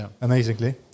amazingly